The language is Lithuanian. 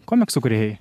komiksų kūrėjai